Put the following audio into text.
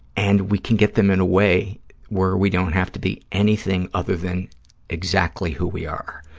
and we can get them in a way where we don't have to be anything other than exactly who we are.